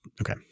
okay